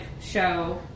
show